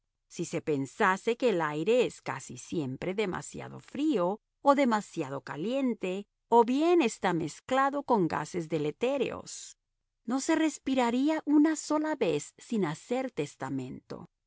si se pensase que el aire es casi siempre demasiado frío o demasiado caliente o bien está mezclado con gases deletéreos no se respiraría una sola vez sin hacer testamento